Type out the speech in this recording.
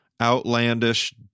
outlandish